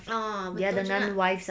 orh betul juga